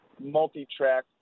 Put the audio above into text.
multi-track